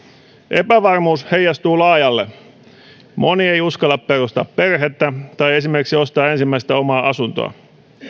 epävarmuus heijastuu laajalle moni ei uskalla perustaa perhettä tai esimerkiksi ostaa ensimmäistä omaa asuntoa